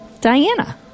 Diana